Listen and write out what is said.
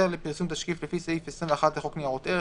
(20)היתר לפרסום תשקיף לפי סעיף 21 לחוק ניירות ערך,